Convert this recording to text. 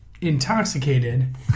intoxicated